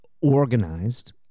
organized